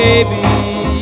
baby